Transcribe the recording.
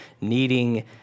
needing